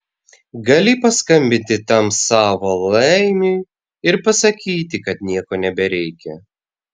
gali paskambinti tam savo laimiui ir pasakyti kad nieko nebereikia